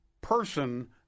person